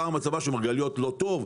כמה מצבה של מרגליות לא טוב,